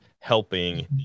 helping